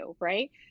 right